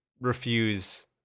refuse